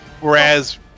Whereas